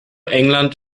england